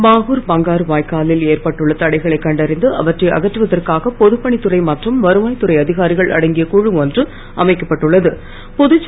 பாகூர் பங்காரு வாய்க்காலில் ஏற்பட்டுள்ள தடைகளை கண்டறிந்து அவற்றை அகற்றுவதற்காக பொதுப்பணித்துறை மற்றும் வருவாய் துறை அதிகாரிகள் அடங்கிய குழு ஒன்று அமைக்கப்பட்டுள்ளது